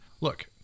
Look